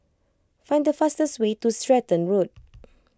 find the fastest way to Stratton Road